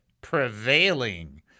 prevailing